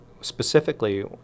specifically